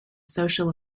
social